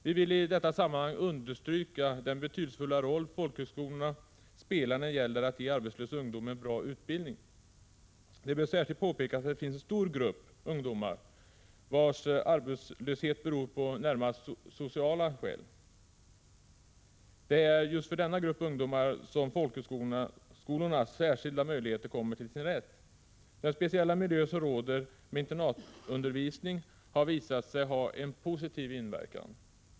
Vi vill i detta sammanhang understryka den betydelsefulla roll som folkhögskolorna spelar när det gäller att ge arbetslös ungdom en bra utbildning. Det bör särskilt påpekas att det finns en stor grupp ungdomar vars arbetslöshet beror på närmast sociala skäl. Det är för just denna grupp ungdomar som folkhögskolornas särskilda möjligheter kommer till sin rätt. Den speciella miljö som råder, med bl.a. internatundervisning, har visat sig ha en positiv inverkan.